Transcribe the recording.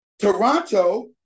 Toronto